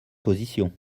position